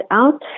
out